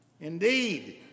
Indeed